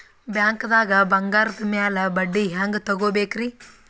ಬ್ಯಾಂಕ್ದಾಗ ಬಂಗಾರದ್ ಮ್ಯಾಲ್ ಬಡ್ಡಿ ಹೆಂಗ್ ತಗೋಬೇಕ್ರಿ?